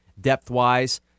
depth-wise